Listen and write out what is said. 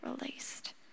released